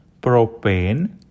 propane